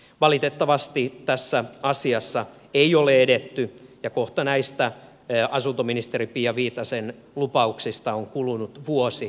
valitettavasti tässä asiassa ei ole edetty ja kohta näistä asuntoministeri pia viitasen lupauksista on kulunut vuosi